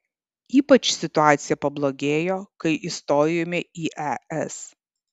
ypač situacija pablogėjo kai įstojome į es